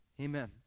amen